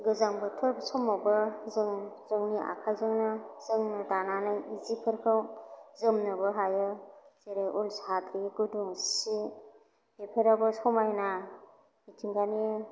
गोजां बोथोर समावबो जों जोंनि आखायजोंनो जोंनो दानानै जिफोरखौ जोमनोबो हायो जेरै उल साद्रि गुदुं सि बेफोराबो समायना मिथिंगानि